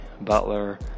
Butler